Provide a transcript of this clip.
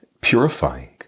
purifying